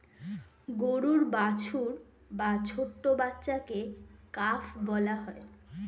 গরুর বাছুর বা ছোট্ট বাচ্ছাকে কাফ বলা হয়